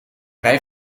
wij